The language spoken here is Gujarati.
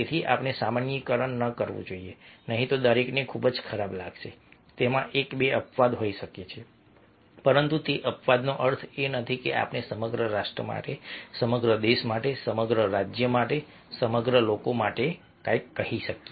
તેથી આપણે સામાન્યીકરણ ન કરવું જોઈએ નહીં તો દરેકને ખૂબ જ ખરાબ લાગશે તેમાં એક બે અપવાદ હોઈ શકે છે પરંતુ તે અપવાદનો અર્થ એ નથી કે આપણે સમગ્ર રાષ્ટ્ર માટે સમગ્ર દેશ માટે સમગ્ર રાજ્ય માટે સમગ્ર લોકો માટે કંઈક કહી શકીએ